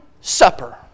supper